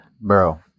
Bro